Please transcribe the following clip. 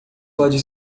pode